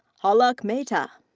halak mehta.